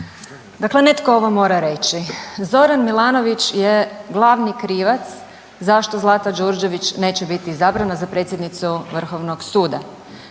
Dakle, netko ovo mora reći, Zoran Milanović je glavni krivac zašto Zlata Đurđević neće biti izabrana za predsjednicu Vrhovnog suda,